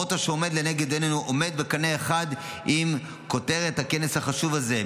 המוטו שעומד לנגד עינינו עולה בקנה אחד עם כותרת הכנס החשוב הזה,